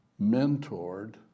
mentored